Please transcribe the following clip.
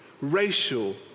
racial